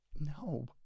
no